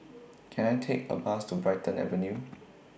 Can I Take A Bus to Brighton Avenue